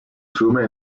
asume